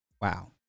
wow